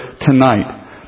tonight